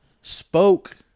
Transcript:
spoke